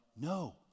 no